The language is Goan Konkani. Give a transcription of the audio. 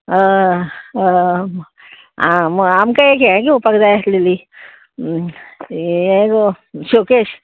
ह ह आम आमकां एक हे घेवपाक जाय आसलेली किदें ती हें गो शोकेश